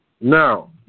Now